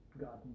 gotten